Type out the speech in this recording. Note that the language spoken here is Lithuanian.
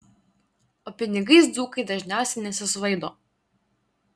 o pinigais dzūkai dažniausiai nesisvaido